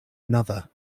another